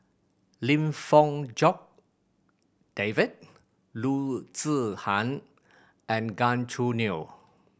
Lim Fong Jock David Loo Zihan and Gan Choo Neo